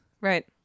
Right